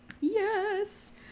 yes